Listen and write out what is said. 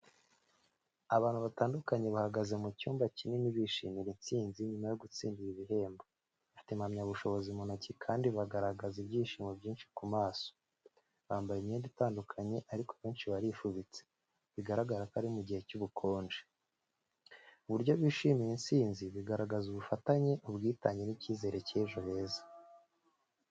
Abantu batandukanye bahagaze mu cyumba kinini bishimira intsinzi nyuma yo gutsindira igihembo. Bafite impamyabushobozi mu ntoki kandi bagaragaza ibyishimo byinshi ku maso. Bambaye imyenda itandukanye ariko benshi barifubitse, bigaragara ko ari mu gihe cy'ubukonje. Uburyo bishimiye intsinzi bigaragaza ubufatanye, ubwitange n’icyizere cy’ejo heza.